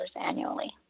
annually